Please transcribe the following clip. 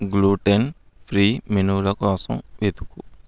gluten free మెనూల కోసం వెతుకు